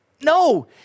No